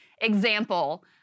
example